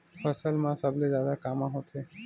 फसल मा सबले जादा कामा होथे?